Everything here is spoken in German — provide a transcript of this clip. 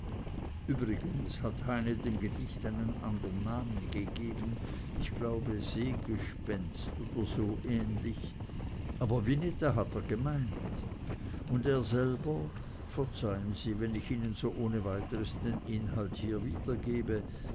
übrigens hat heine dem gedicht einen anderen namen gegeben ich glaube seegespenst oder so ähnlich aber vineta hat er gemeint und er selber verzeihen sie wenn ich ihnen so ohne weiteres den inhalt hier wiedergebe